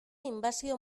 inbasio